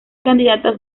candidatas